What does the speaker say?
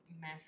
mess